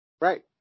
Right